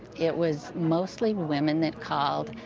it was mostly women that called,